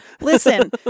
listen